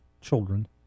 children